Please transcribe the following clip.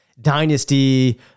dynasty